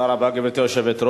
תודה רבה, גברתי היושבת-ראש.